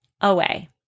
away